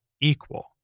equal